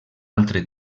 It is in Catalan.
altre